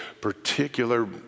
particular